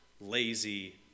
lazy